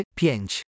pięć